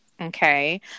Okay